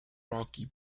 rocky